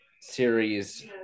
series